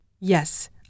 Yes